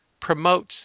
promotes